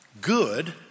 good